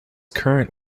current